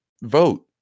vote